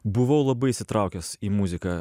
buvau labai įsitraukęs į muziką